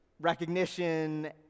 recognition